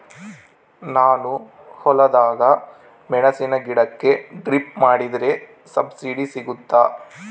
ನಾನು ಹೊಲದಾಗ ಮೆಣಸಿನ ಗಿಡಕ್ಕೆ ಡ್ರಿಪ್ ಮಾಡಿದ್ರೆ ಸಬ್ಸಿಡಿ ಸಿಗುತ್ತಾ?